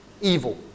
evil